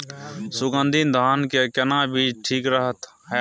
सुगन्धित धान के केना बीज ठीक रहत?